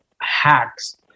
hacks